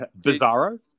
Bizarro